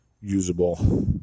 usable